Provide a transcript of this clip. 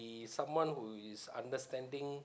~e someone who is understanding